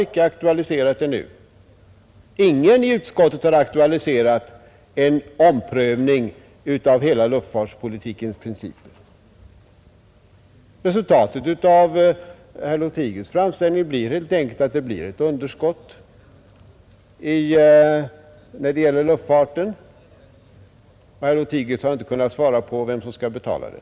Jag har inte aktualiserat det nu; ingen i utskottet har aktualiserat en omprövning av hela luftfartspolitikens principer. Om herr Lothigius framställning bifölls skulle resultatet helt enkelt bli ett underskott beträffande luftfarten. Herr Lothigius har inte kunnat svara på vem som skall betala det.